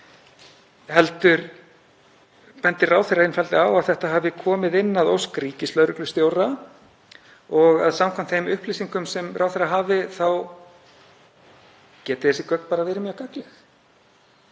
heldur bendir ráðherra einfaldlega á að þetta hafi komið inn að ósk ríkislögreglustjóra og að samkvæmt þeim upplýsingum sem ráðherra hafi geti þessi gögn bara verið mjög gagnleg.